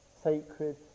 sacred